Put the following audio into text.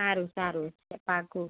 સારું સારું પાક્કું